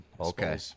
okay